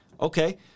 okay